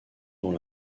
dans